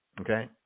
Okay